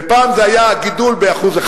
ופעם זה היה גידול ב-1%,